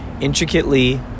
intricately